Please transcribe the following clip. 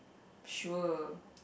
sure